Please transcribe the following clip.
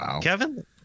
Kevin